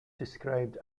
described